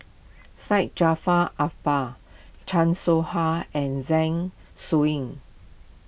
Syed Jaafar Albar Chan Soh Ha and Zeng Shouyin